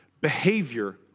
Behavior